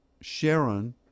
Sharon